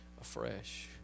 afresh